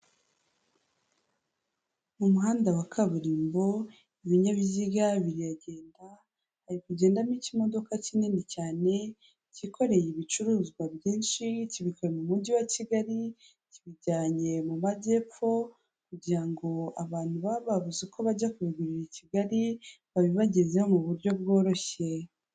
Mu muhanda wa kaburimbo ibinyabiziga biragenda, hari kugendamo ikimodoka kinini cyane cyikoreye ibicuruzwa byinshi kibikuye mu mujyi wa Kigali kibijyanye mu majyepfo kugira ngo abantu baba babuze uko bajya kubigurira Kigali babibagezeho mu buryo bworoshye.